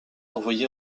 envoyé